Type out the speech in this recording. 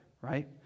right